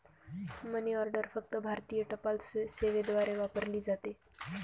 मनी order फक्त भारतीय टपाल सेवेद्वारे वापरली जाते